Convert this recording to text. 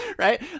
Right